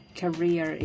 career